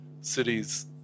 cities